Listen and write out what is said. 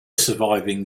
surviving